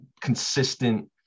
consistent